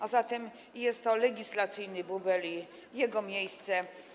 A zatem jest to legislacyjny bubel i jego miejsce.